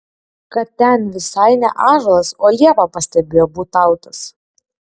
kad ten visai ne ąžuolas o liepa pastebėjo būtautas